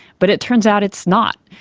but it turns out it's not.